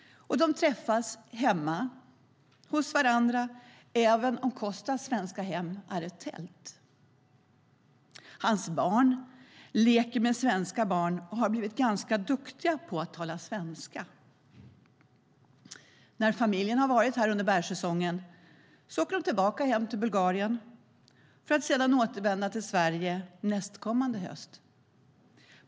De träffas hemma hos varandra även om Kostas svenska hem är ett tält. Hans barn leker med svenska barn och har blivit ganska duktiga på att tala svenska. När familjen har varit här under bärsäsongen åker de tillbaka hem till Bulgarien för att sedan återvända till Sverige nästkommande höst.